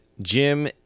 Jim